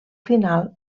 final